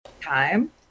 time